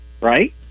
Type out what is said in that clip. right